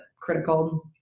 critical